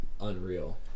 unreal